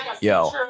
Yo